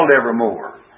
evermore